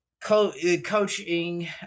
coaching